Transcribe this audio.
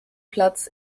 platz